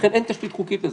לכן אין תשתית חוקית לזה.